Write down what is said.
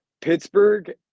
Pittsburgh